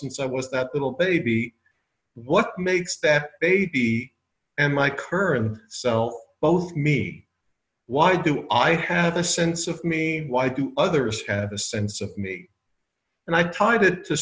since i was that little baby what makes that baby and my current self both me why do i have a sense of me why do others have a sense of me and i tied it